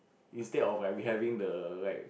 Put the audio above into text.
instead of like we having the like